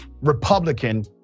Republican